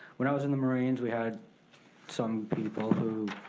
when i was in the marines we had some people who